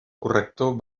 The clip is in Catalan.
corrector